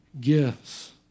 gifts